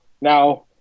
Now